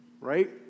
right